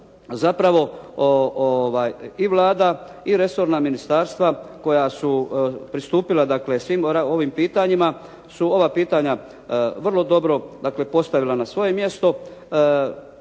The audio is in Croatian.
zapravo i Vlada i resorna ministarstva koja su pristupila svim ovim pitanjima su ova pitanja vrlo dobro postavila na svoje mjesto.